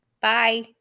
Bye